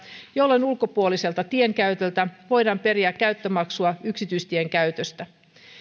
jolloin ulkopuoliselta tienkäytöltä voidaan periä käyttömaksua yksityistien käytöstä